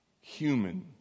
human